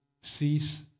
cease